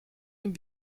dem